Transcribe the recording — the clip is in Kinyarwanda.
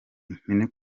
impine